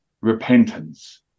repentance